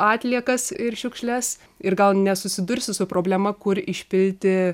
atliekas ir šiukšles ir gal nesusidursi su problema kur išpilti